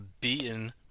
beaten